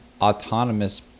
autonomous